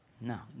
No